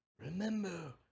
Remember